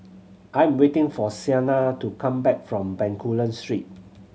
I'm waiting for Siena to come back from Bencoolen Street